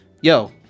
Yo